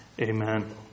Amen